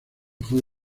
fue